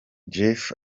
jeff